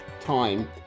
time